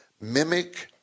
mimic